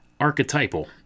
archetypal